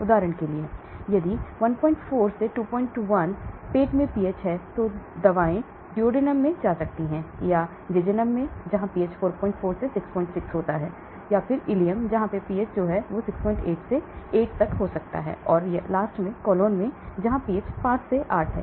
उदाहरण के लिए यदि 14 से 21 पेट में pH हैं तो दवा डुओडेनम में जा सकती है जेजुनम जहां पीएच 44 से 66 और इलियम पीएच 68 से 8 और फिर कोलन 5 से 8 है